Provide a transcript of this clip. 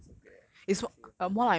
so great eh year three year four also